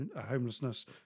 homelessness